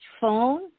phone